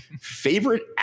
Favorite